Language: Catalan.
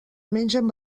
mengen